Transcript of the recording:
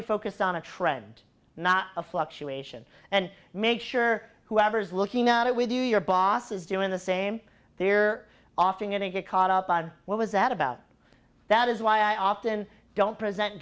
focus on a trend not a fluctuation and make sure whoever's looking at it with you your boss is doing the same they're offering it and get caught up on what was that about that is why i often don't present